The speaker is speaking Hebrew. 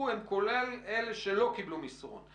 אם אני יכולה להוסיף שיש לך נגזרת נוספת,